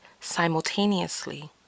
simultaneously